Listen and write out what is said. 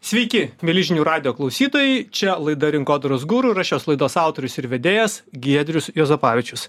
sveiki mieli žinių radijo klausytojai čia laida rinkodaros guru ir aš šios laidos autorius ir vedėjas giedrius juozapavičius